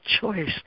choice